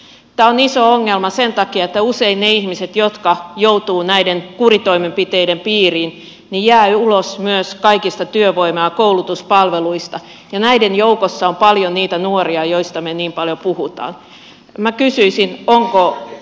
tämä on iso ongelma sen takia että usein ne ihmiset jotka joutuvat näiden kuritoimenpiteiden piiriin jäävät ulos myös kaikista työvoima ja koulutuspalveluista ja näiden joukossa on paljon niitä nuoria joista me niin paljon puhumme